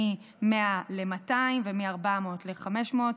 מ-100 ל-200 ומ-400 ל-500,